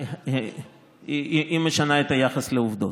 היא משנה את היחס לעובדות.